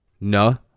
No